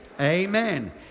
Amen